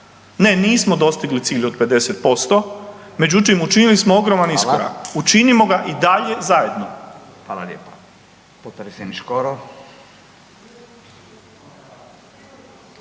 Ne nismo dostigli cilj od 50%, međutim učinili smo ogroman iskorak. Učinimo ga i dalje zajedno.